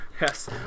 Yes